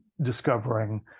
discovering